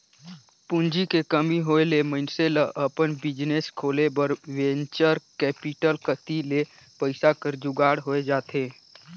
पूंजी के कमी होय ले मइनसे ल अपन बिजनेस खोले बर वेंचर कैपिटल कती ले पइसा कर जुगाड़ होए जाथे